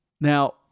Now